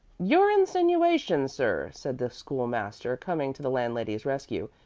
your insinuation, sir, said the school-master, coming to the landlady's rescue,